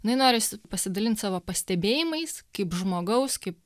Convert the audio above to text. jinai norisi pasidalint savo pastebėjimais kaip žmogaus kaip